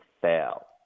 fail